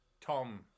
Tom